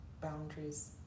boundaries